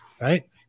right